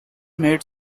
made